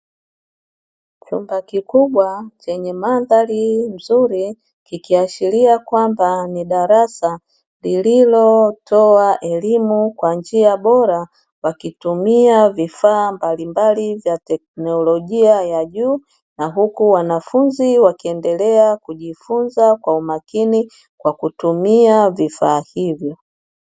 Chumba kikubwa chenye mandhari nzuri kikiashiria kwamba ni darasa lililotoa elimu kwa njia bora wakitumia vifaa mbalimbali vya teknolojia ya juu na huku wanafunzi wakiendelea kujifunza kwa umakini kwa kutumia vifaa hivyo.